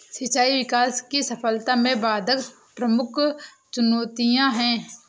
सिंचाई विकास की सफलता में बाधक प्रमुख चुनौतियाँ है